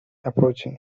approaching